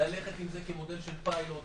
ללכת עם זה כמודל של פיילוט.